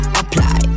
apply